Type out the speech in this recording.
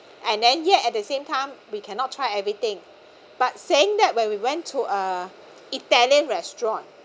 and then yet at the same time we cannot try everything but saying that when we went to a italian restaurant